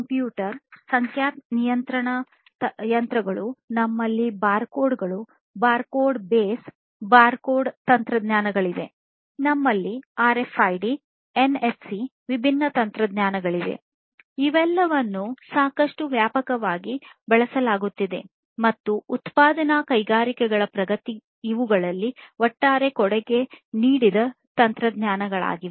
computer ಸಂಖ್ಯಾ ನಿಯಂತ್ರಣ ಯಂತ್ರಗಳು ನಮ್ಮಲ್ಲಿ ಬಾರ್ಕೋಡ್ ಬೇಸ್ ತಂತ್ರಜ್ಞಾನವಿದೆ ಆರ್ಎಫ್ಐಡಿ ಎನ್ಎಫ್ಸಿಯಂತಹ ವಿಭಿನ್ನ ತಂತ್ರಜ್ಞಾನಗಳಿವೆ ಇವೆಲ್ಲವನ್ನೂ ಸಾಕಷ್ಟು ವ್ಯಾಪಕವಾಗಿ ಬಳಸಲಾಗುತ್ತದೆ ಮತ್ತು ಉತ್ಪಾದನಾ ಕೈಗಾರಿಕೆಗಳ ಪ್ರಗತಿ ಕೊಡುಗೆ ನೀಡಿದ ತಂತ್ರಜ್ಞಾನಗಳಾಗಿವೆ